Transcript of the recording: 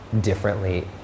differently